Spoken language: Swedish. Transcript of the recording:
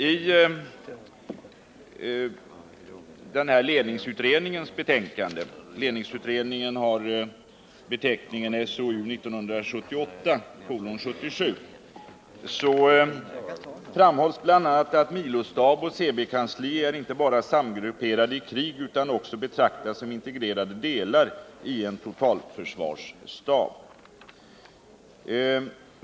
I ledningsutredningens betänkande — SOU 1978:77 — framhålls bl.a. att milostab och CB-kansli inte bara är samgrupperade i krig utan också betraktas som integrerade delar i en totalförsvarsstab.